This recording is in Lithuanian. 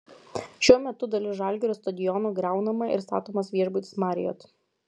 šiuo metu dalis žalgirio stadiono griaunama ir statomas viešbutis marriott